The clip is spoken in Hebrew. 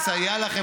שהציבור ידע.